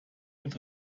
mit